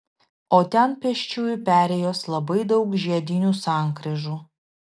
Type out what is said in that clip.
o ten pėsčiųjų perėjos labai daug žiedinių sankryžų